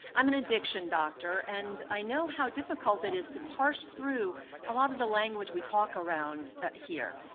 i'm an addiction doctor, and i know how difficult it is to parse through a lot of the language we talk around here.